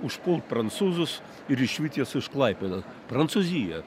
užpult prancūzus ir išvyt juos iš klaipėdos prancūzija